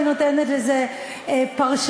ואני נותנת לזה פרשנות,